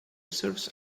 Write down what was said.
serves